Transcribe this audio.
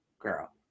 girl